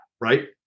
right